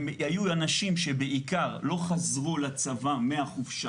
הם היו אנשים שבעיקר לא חזרו לצבא מהחופשה